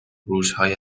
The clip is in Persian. روزهای